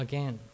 Again